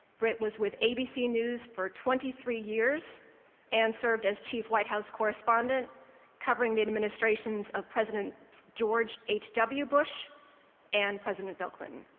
brit was with abc news for twenty three years and served as chief white house correspondent covering the administrations of presidents george h w. bush and president bill clinton.